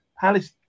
Palace